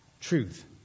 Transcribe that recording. Truth